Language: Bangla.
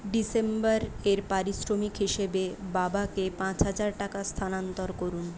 ডিসেম্বরের এর পারিশ্রমিক হিসেবে বাবা কে পাঁচ হাজার টাকা স্থানান্তর করুন